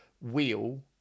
wheel